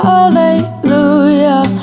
Hallelujah